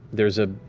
there's a